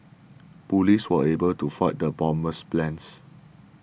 police were able to foil the bomber's plans